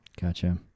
gotcha